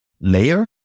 layer